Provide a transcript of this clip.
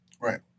Right